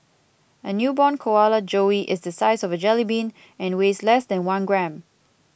a newborn koala joey is the size of a jellybean and weighs less than one gram